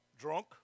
Drunk